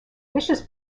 vicious